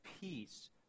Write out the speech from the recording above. peace